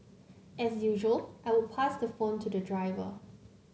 as usual I would pass the phone to the driver